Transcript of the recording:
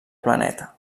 planeta